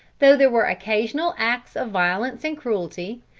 though there were occasional acts of violence and cruelty,